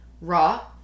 raw